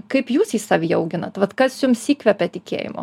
kaip jūs jį savyje auginat vat kas jums įkvepia tikėjimo